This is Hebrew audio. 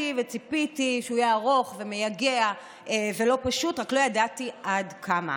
פשוט, רק לא ידעתי עד כמה.